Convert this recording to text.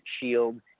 Shield